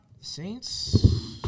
Saints